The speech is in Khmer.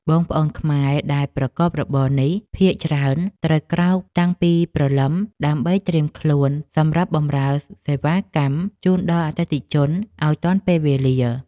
បងប្អូនខ្មែរដែលប្រកបរបរនេះភាគច្រើនត្រូវក្រោកតាំងពីព្រលឹមដើម្បីត្រៀមខ្លួនសម្រាប់បម្រើសេវាកម្មជូនដល់អតិថិជនឱ្យទាន់ពេលវេលា។